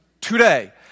today